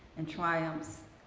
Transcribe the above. and triumphs.